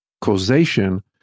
causation